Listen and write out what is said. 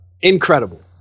incredible